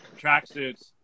tracksuits